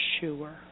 sure